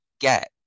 get